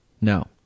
No